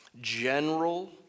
general